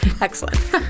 Excellent